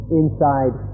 inside